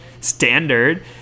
standard